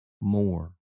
more